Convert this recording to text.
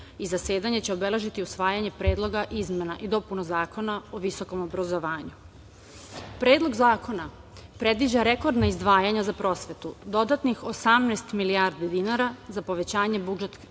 i zasedanje će obeležiti usvajanje Predloga izmena i dopuna Zakona o visokom obrazovanju. Predlog zakona predviđa rekordna izdvajanja za prosvetu, dodatnih 18 milijardi dinara za povećanje budžetskih